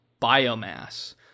biomass